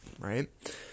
right